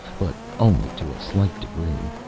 but only to a slight degree.